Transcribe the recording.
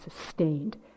sustained